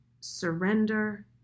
surrender